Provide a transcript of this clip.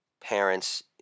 parents